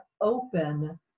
open